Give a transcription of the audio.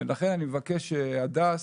לכן אני מבקש שהדס